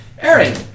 Aaron